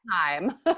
time